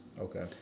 Okay